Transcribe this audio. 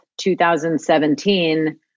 2017